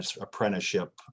apprenticeship